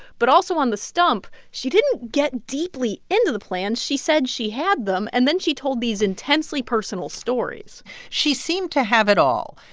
but also on the stump, she didn't get deeply into the plans. she said she had them, and then she told these intensely personal stories she seemed to have it all.